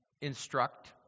instruct